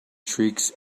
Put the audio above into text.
tricks